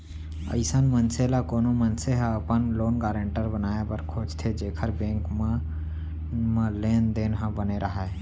अइसन मनसे ल कोनो मनसे ह अपन लोन गारेंटर बनाए बर खोजथे जेखर बेंक मन म लेन देन ह बने राहय